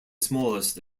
smallest